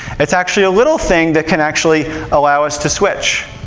it's actually a little thing that can actually allow us to switch.